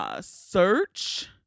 search